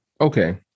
Okay